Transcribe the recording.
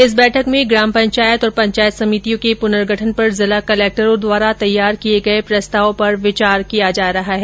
इस बैठक में ग्राम पचायत और पंचायत समितियों के पुनर्गठन पर जिला कलेक्टरों द्वारा तैयार किये गये प्रस्ताव पर विचार किया जा रहा है